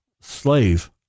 slave